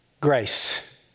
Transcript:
Grace